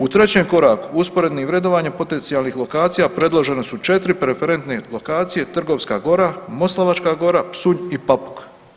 U trećem koraku usporednim vrednovanjem potencijalnih lokacija predložene su četiri preferentne lokacije, Trgovska gora, Moslavačka gora, Psunj i Papuk.